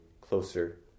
closer